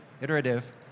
iterative